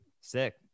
sick